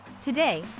today